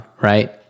right